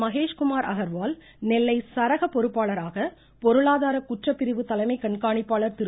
மகேஷ்குமார் அகர்வால் நெல்லை சரக பொறுப்பாளராக பொருளாதார குற்றப்பிரிவு தலைமை கண்காணிப்பாளர் திரு